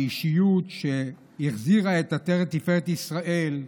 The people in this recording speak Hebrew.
באישיות שהחזירה את עטרת תפארת ישראל.